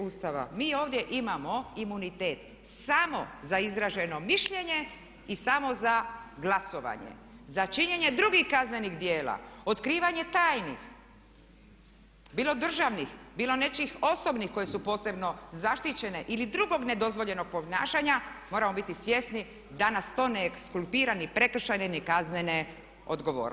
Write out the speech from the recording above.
Ustava mi ovdje imamo imunitet samo za izraženo mišljenje i samo za glasovanje, za činjenje drugih kaznenih djela otkrivanje tajnih, bilo državnih bilo nečijih osobnih koje su posebno zaštićene ili drugog nedozvoljenog ponašanja moramo biti svjesni da nas to ne ekskulpira ni prekršajne ni kaznene odgovornosti.